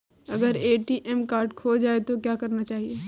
अगर ATM card खो जाए तो क्या करना चाहिए?